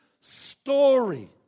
story